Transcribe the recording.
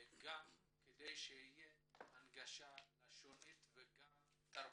גם כדי שתהיה הנגשה לשונית ותרבותית.